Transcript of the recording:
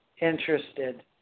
Interested